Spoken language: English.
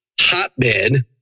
hotbed